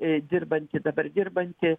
dirbantį dabar dirbantį